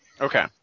Okay